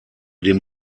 dem